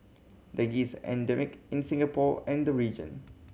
dengue's endemic in Singapore and the region